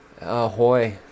Ahoy